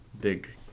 big